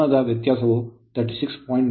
ಕೋನದ ವ್ಯತ್ಯಾಸವು 36